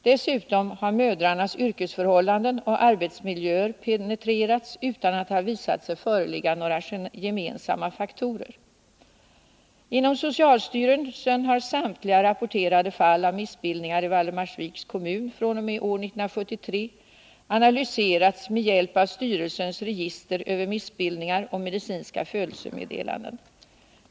Dessutom har mödrarnas yrkesförhållanden och arbetsmiljöer penetrerats utan att det har visat sig föreligga några gemensamma faktorer. Inom socialstyrelsen har samtliga rapporterade fall av missbildningar i Valdemarsviks kommun fr.o.m. år 1973 analyserats med hjälp av styrelsens register över missbildningar och medicinska födelsemeddelanden.